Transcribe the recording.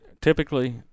Typically